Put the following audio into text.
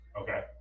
Okay